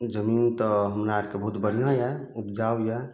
जमीन तऽ हमरा आरके बहुत बढ़िआँ यऽ उपजाउ यऽ